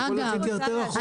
ויכול להיות שיתייתר החוק.